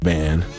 Band